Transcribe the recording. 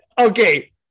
Okay